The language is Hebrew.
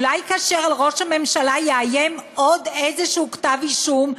אולי כאשר על ראש הממשלה יאיים עוד איזה כתב אישום,